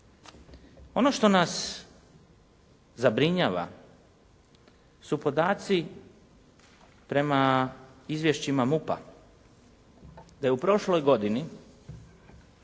Ono što nas zabrinjava su podaci prema izvješćima MUP-a da je u prošloj godini